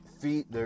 feet